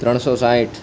ત્રણસો સાઠ